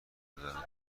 میگذارند